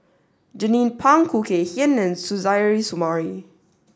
Jernnine Pang Khoo Kay Hian and Suzairhe Sumari